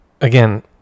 again